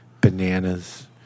bananas